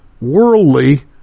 worldly